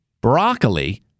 broccoli